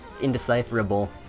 indecipherable